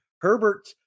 Herbert